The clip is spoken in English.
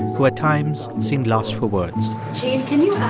who, at times, seemed lost for words can you ah